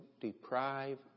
deprive